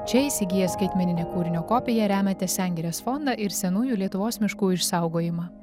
čia įsigiję skaitmeninę kūrinio kopiją remiate sengirės fondą ir senųjų lietuvos miškų išsaugojimą